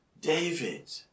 David